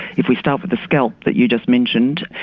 if we start with the scalp that you just mentioned,